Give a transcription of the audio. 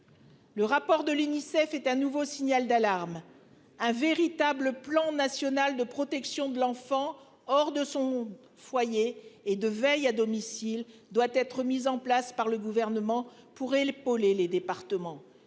Le rapport de l'UNICEF est un nouveau signal d'alarme. Un véritable plan national de protection de l'enfant hors de son foyer et de veille à domicile, doit être mise en place par le gouvernement pour épauler les départements